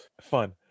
fun